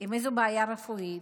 עם איזו בעיה רפואית,